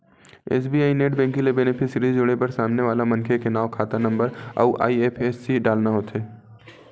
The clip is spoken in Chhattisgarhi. एस.बी.आई नेट बेंकिंग म बेनिफिसियरी जोड़े बर सामने वाला मनखे के नांव, खाता नंबर अउ आई.एफ.एस.सी डालना होथे